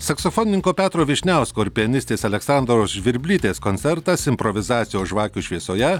saksofonininko petro vyšniausko ir pianistės aleksandros žvirblytės koncertas improvizacijos žvakių šviesoje